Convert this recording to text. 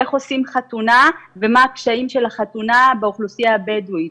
איך עושים חתונה ומה הקשיים של החתונה באוכלוסייה הבדואית.